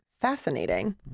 Fascinating